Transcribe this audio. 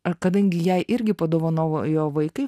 ar kadangi jai irgi padovanojo vaikai